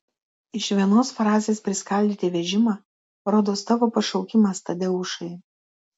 iš vienos frazės priskaldyti vežimą rodos tavo pašaukimas tadeušai